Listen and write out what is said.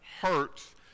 hurts